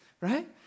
right